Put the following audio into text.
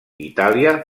itàlia